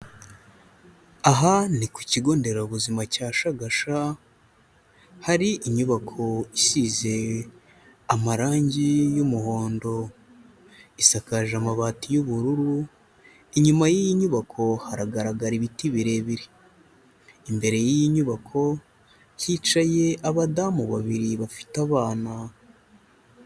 Aha ni ku kigo nderabuzima cya Shagasha, hari inyubako isize amarangi y'umuhondo, isakaje amabati y'ubururu, inyuma y'iyi nyubako haragaragara ibiti birebire, imbere y'iyi nyubako hicaye abadamu babiri bafite abana.